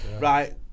Right